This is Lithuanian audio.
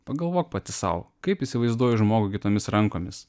pagalvok pati sau kaip įsivaizduoji žmogų kitomis rankomis